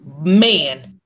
man